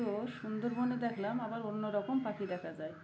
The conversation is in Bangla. তো সুন্দরবনে দেখলাম আবার অন্য রকম পাখি দেখা যায়